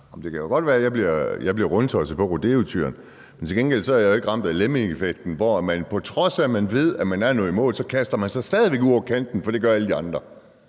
Det kan godt være, at jeg bliver rundtosset på rodeotyren, men til gengæld er jeg ikke ramt af lemmingeeffekten, hvor man, på trods af at man ved, at man er nået i mål, stadig væk kaster sig ud over kanten, for det gør alle de andre.